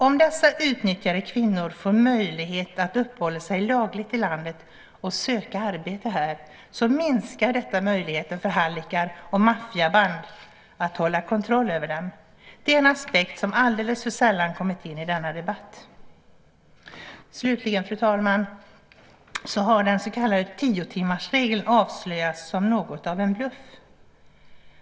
Om dessa utnyttjade kvinnor får möjlighet att uppehålla sig lagligt i landet och att söka arbete här minskar möjligheten för hallickar och maffiaband att hålla kontroll över dem. Det är en aspekt som alldeles för sällan kommit in i denna debatt. Slutligen, fru talman, vill jag säga att den så kallade tiotimmarsregeln ju har avslöjats som något av en bluff.